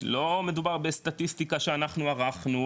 לא מדובר בסטטיסטיקה שאנחנו ערכנו,